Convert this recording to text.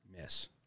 miss